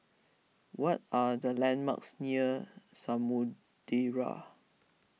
what are the landmarks near Samudera